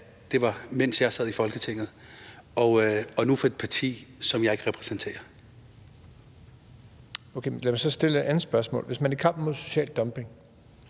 det var, mens jeg sad i Folketinget, og nu for et parti, som jeg ikke repræsenterer. Kl. 11:45 Jeppe Bruus (S): Okay, men lad mig så stille et andet spørgsmål. Skal man så i kampen mod social dumping